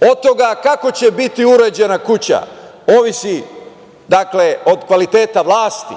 Od toga kako će biti uređena kuća ovisi od kvaliteta vlasti.